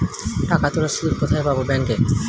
টাকা তোলার স্লিপ কোথায় পাব?